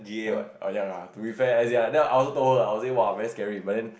[huh] ya lah to be fair as in then I also told her I would say !wah! very scary but then